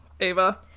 Ava